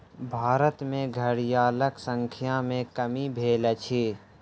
भारत में घड़ियालक संख्या में कमी भेल अछि